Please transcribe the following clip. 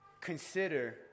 Consider